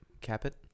Capit